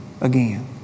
again